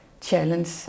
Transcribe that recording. challenge